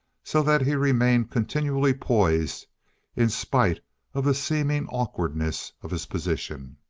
so that he remained continually poised in spite of the seeming awkwardness of his position.